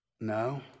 No